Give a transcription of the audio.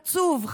עצוב,